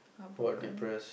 heartbroken